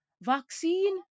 vaccine